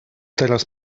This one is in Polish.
teraz